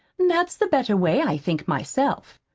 that's the better way, i think myself,